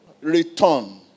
return